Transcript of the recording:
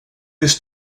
this